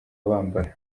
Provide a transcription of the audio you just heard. bambara